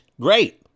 great